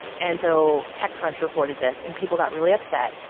and so techcrunch reported this and people got really upset.